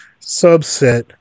subset